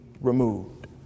removed